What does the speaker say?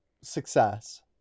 success